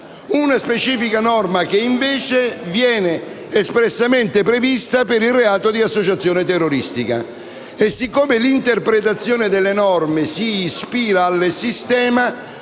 una specifica norma, la quale invece viene espressamente prevista per il reato di associazione terroristica. E siccome l'interpretazione delle norme si ispira al sistema,